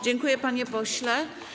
Dziękuję, panie pośle.